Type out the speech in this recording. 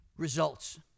Results